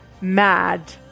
mad